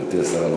גברתי השרה,